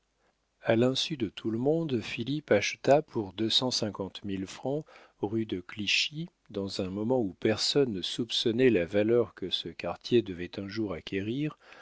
a l'insu de tout le monde philippe acheta pour deux cent cinquante mille francs rue de clichy dans un moment où personne ne soupçonnait la valeur que ce quartier devait un jour acquérir